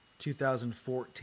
2014